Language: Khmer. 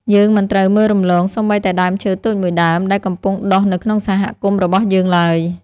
យើងមិនត្រូវមើលរំលងសូម្បីតែដើមឈើតូចមួយដើមដែលកំពុងដុះនៅក្នុងសហគមន៍របស់យើងឡើយ។